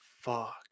Fuck